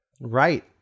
right